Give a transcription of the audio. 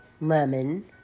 lemon